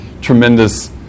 tremendous